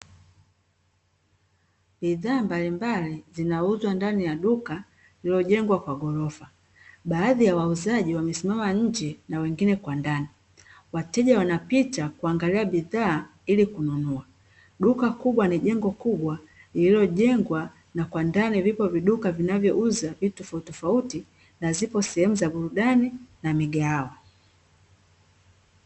Bidhaa mbalimbali zinauzwa ndani ya duka lililojengwa kwa gorofa baadhi ya wauzaji wamesimama nje na wengine kwa ndani, wateja wanapita kuangalia bidhaa ili kununua. Duka kubwa na jengo kubwa lililojengwa kwa ndani vipo viduka linauza vitu tofautitofauti na zipo sehemu ya burudani na migahawa.